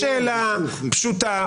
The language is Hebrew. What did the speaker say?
חברים, אני שואל שאלה פשוטה.